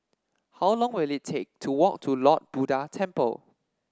how long will it take to walk to Lord Buddha Temple